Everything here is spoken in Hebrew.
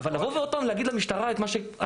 אבל לבוא ועוד פעם להגיד למשטרה את מה שהיה?